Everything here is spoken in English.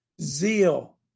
Zeal